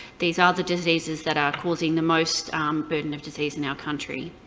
these are the diseases that are causing the most burden of disease in our country.